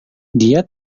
dia